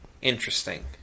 Interesting